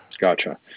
Gotcha